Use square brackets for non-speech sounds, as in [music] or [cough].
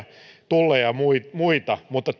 tulleja ja muita mutta [unintelligible]